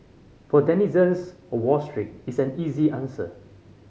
for denizens of Wall Street it's an easy answer